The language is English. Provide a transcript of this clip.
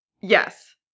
Yes